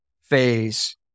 phase